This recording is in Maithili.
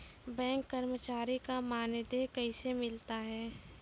बैंक कर्मचारी का मानदेय कैसे मिलता हैं?